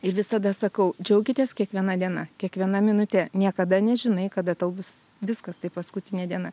ir visada sakau džiaukitės kiekviena diena kiekviena minute niekada nežinai kada tau bus viskas tai paskutinė diena